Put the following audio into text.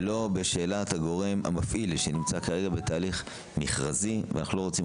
ולא בשאלת הגורם המפעיל שנמצא כרגע בתהליך מכרזי ואנחנו לא רוצים,